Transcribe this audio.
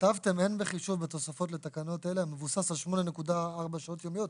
כתבתם "הן בחישוב בתוספות לתקנות אלה המבוסס על 8.4 שעות יומיות",